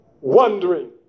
wondering